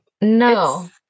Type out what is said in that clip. no